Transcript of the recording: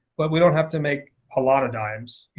but we don't have to make a lot of dimes.